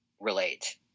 relate